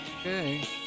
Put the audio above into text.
okay